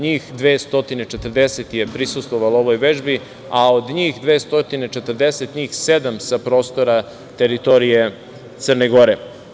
Njih 240 je prisustvovalo ovoj vežbi, a od njih 240, njih sedam sa prostora teritorije Crne Gore.